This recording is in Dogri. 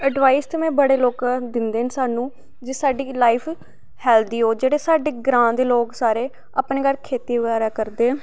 अड़वाईस ते बड़े लोक दिंदे न स्हानू जे साढी लाईफ हैल्दी हो जेह्ड़े साढ़े ग्रां दे लोग सारे अपने घर खेत्ती बगैरा करदे न